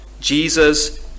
Jesus